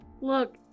Look